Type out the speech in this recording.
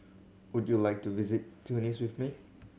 would you like to visit Tunis with me